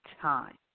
time